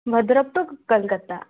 Bhadrak to Kolkata